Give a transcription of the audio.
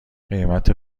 قیمت